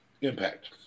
Impact